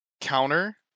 counter